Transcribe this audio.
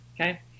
okay